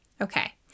Okay